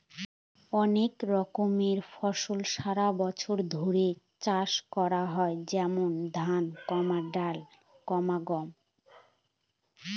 অনেক রকমের ফসল সারা বছর ধরে চাষ করা হয় যেমন ধান, ডাল, গম